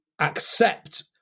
accept